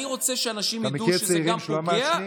אתם מכיר צעירים שלא מעשנים?